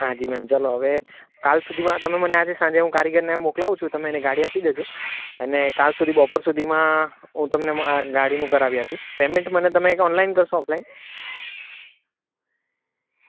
હા જી મેમ ચાલો હવે કાલ સુધીમાં તમે મને આજે સાંજે હું કારીગરને મોકલાવું છું તમે એને ગાડી આપી દેજો અને કાલ સુધી બપોર સુધીમાં હું તમને આ ગાડીનું કરાવી આપીશ પેમેન્ટ તમે મને ઓનલાઈન કરશો ઓફલાઈન